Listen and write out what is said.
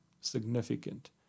significant